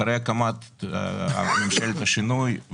אחרי הקמת ממשלת השינוי,